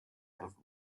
have